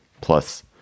Plus